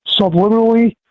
subliminally